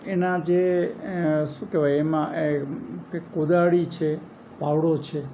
એમાં જે શું કહેવાય કે એમાં કે કોદાળી છે પાવડો છે